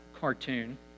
cartoon